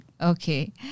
Okay